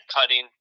cutting